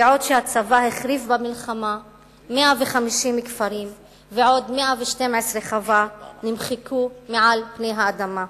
הצבא החריב במלחמה 150 כפרים ועוד 112 חוות נמחקו מעל פני האדמה.